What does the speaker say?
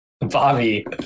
Bobby